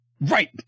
Right